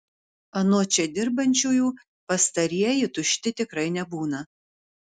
anot čia dirbančiųjų pastarieji tušti tikrai nebūna